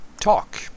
talk